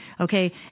okay